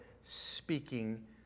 speaking